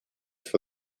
for